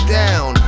down